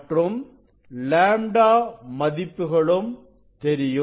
மற்றும் λ மதிப்புகளும் தெரியும்